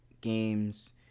Games